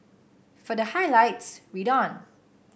for the highlights read on